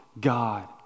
God